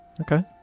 Okay